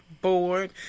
bored